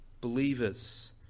believers